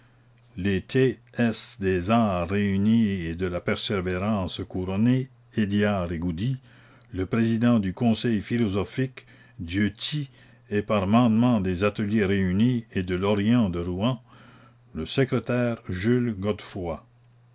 des arts réunis et de la persévérance couronnée hédiard et goudy le président du conseil philosophique dieutie et par mandements des ateliers réunis et de l'orient de rouen le secrétaire jules godefroy